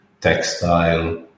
textile